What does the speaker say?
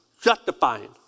justifying